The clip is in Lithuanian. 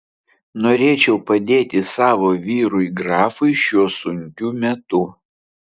norėčiau padėti savo vyrui grafui šiuo sunkiu metu